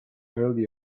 early